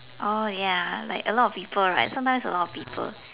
oh ya like a lot of people right sometimes a lot of people